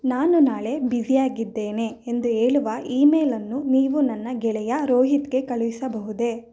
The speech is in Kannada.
ನಾನು ನಾಳೆ ಬ್ಯುಸಿಯಾಗಿದ್ದೇನೆ ಎಂದು ಹೇಳುವ ಇ ಮೇಲನ್ನು ನೀವು ನನ್ನ ಗೆಳೆಯ ರೋಹಿತ್ಗೆ ಕಳುಹಿಸಬಹುದೇ